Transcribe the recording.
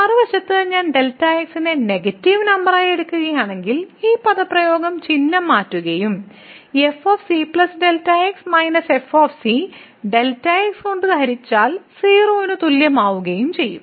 മറുവശത്ത് ഞാൻ Δx നെ നെഗറ്റീവ് നമ്പറായി എടുക്കുകയാണെങ്കിൽ ഈ പദപ്രയോഗം ചിഹ്നത്തെ മാറ്റുകയും f c Δx f Δx കൊണ്ട് ഹരിച്ചാൽ 0 ന് തുല്യമാകുകയും ചെയ്യും